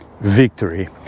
victory